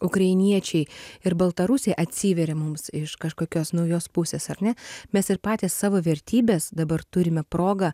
ukrainiečiai ir baltarusiai atsiveria mums iš kažkokios naujos pusės ar ne mes ir patys savo vertybes dabar turime progą